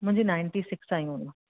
मुंहिंजी ninety six आई हुयूं